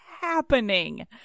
happening